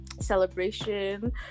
celebration